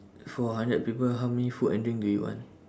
four hundred people how many food and drink do you want